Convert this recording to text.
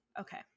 Okay